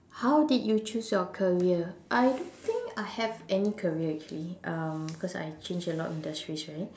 how did you choose your career I don't think I have any career actually um because I change a lot of industries right